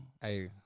hey